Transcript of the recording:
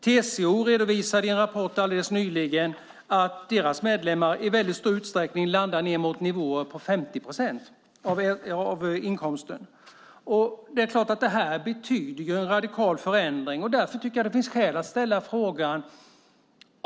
TCO redovisade i en rapport alldeles nyligen att deras medlemmar i stor utsträckning landar ned mot nivåer på 50 procent av inkomsten. Det innebär en radikal förändring.